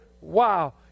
wow